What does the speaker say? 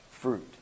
fruit